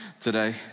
today